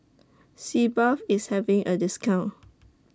Sitz Bath IS having A discount